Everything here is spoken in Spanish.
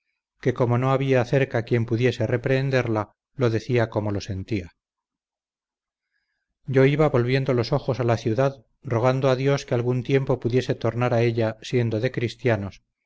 que como no había cerca quien pudiese reprehenderla lo decía como lo sentía yo iba volviendo los ojos a la ciudad rogando a dios que algún tiempo pudiese tornar a ella siendo de cristianos